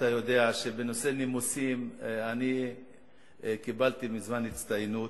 אתה יודע שבנושא נימוסים אני מזמן קיבלתי הצטיינות,